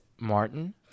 Martin